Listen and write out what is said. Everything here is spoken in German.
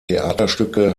theaterstücke